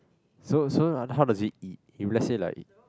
so so how how does it eat if let's say like